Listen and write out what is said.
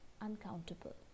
uncountable